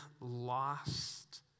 lost